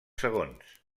segons